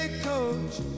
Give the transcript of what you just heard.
coach